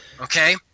okay